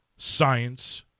Science